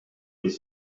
les